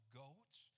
goats